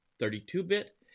32-bit